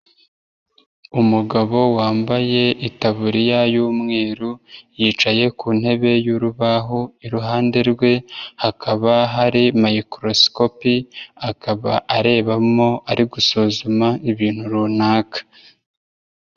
Umugabo wambaye itaburiya y'umweru, yicaye ku ntebe y'urubaho iruhande rwe hakaba hari microscope akaba arebamo ari gusuzuma ibintu runaka.